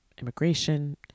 Immigration